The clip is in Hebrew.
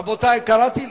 רבותי, קראתי.